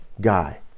guy